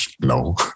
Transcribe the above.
no